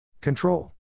Control